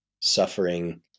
suffering